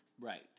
Right